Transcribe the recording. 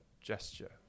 gesture